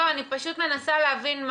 אני מנסה להבין,